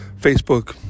Facebook